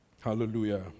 Hallelujah